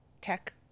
tech